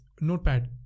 notepad